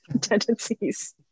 tendencies